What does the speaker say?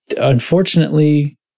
unfortunately